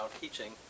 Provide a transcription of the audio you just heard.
teaching